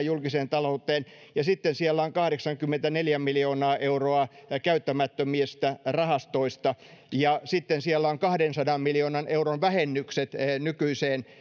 julkiseen talouteen siellä on kahdeksankymmentäneljä miljoonaa euroa käyttämättömistä rahastoista ja sitten siellä on kahdensadan miljoonan euron vähennykset nykyiseen